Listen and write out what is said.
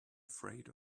afraid